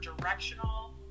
directional